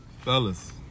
Fellas